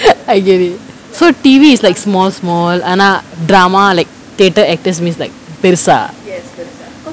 I get it so T_V is like small small ஆனா:aanaa drama like theatre actors means like பெருசா:perusaa